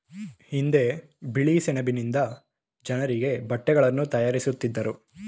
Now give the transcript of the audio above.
ಹಿಂದೆ ಬಿಳಿ ಸೆಣಬಿನಿಂದ ಜನರಿಗೆ ಬಟ್ಟೆಗಳನ್ನು ತಯಾರಿಸುತ್ತಿದ್ದರು